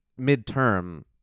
midterm